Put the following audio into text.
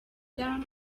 down